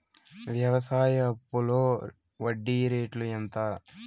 వ్యవసాయ అప్పులో వడ్డీ రేట్లు ఎంత?